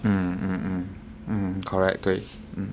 mm mm mm mm correct 对